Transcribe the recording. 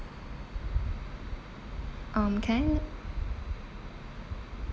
um can I